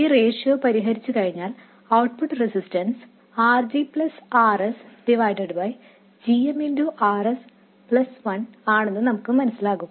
ഈ റേഷ്യോ പരിഹരിച്ച് കഴിഞ്ഞാൽ ഔട്ട്പുട്ട് റെസിസ്റ്റൻസ് RG RsgmRs1ആണെന്ന് നമുക്ക് മനസിലാകും